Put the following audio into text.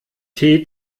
tee